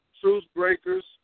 truth-breakers